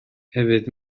hefyd